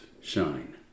shine